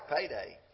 payday